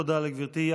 תודה לגברתי.